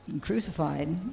crucified